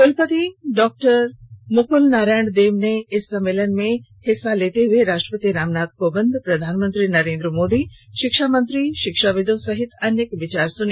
कलपति डॉ मुकल नारायण देव ने इस सम्मेलन में हिस्सा लेते हुए राष्ट्रपति रामनाथ कोविंद प्रधानमंत्री नरेंद्र मोदी शिक्षा मंत्री शिक्षाविदों सहित अन्य के विचार सुने